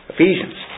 Ephesians